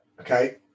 okay